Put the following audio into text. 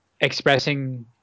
expressing